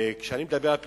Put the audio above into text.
כשאני מדבר על פליטים,